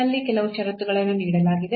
ನಲ್ಲಿ ಕೆಲವು ಷರತ್ತುಗಳನ್ನು ನೀಡಲಾಗಿದೆ